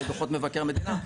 היו דוחות מבקר מדינה,